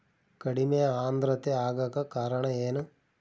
ಕಡಿಮೆ ಆಂದ್ರತೆ ಆಗಕ ಕಾರಣ ಏನು?